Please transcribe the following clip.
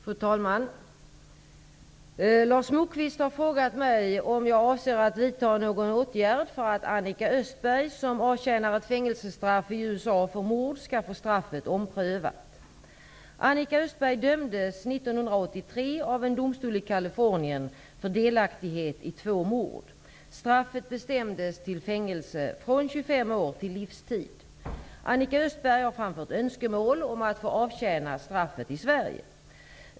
Fru talman! Lars Moquist har frågat mig om jag avser att vidta någon åtgärd för att Annika Östberg, som avtjänar ett fängelsestraff i USA för mord, skall få straffet omprövat. Annika Östberg dömdes 1983 av en domstol i Östberg har framfört önskemål om att få avtjäna straffet i Sverige.